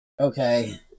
Okay